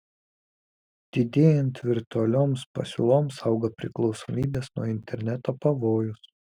didėjant virtualioms pasiūloms auga priklausomybės nuo interneto pavojus